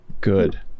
Good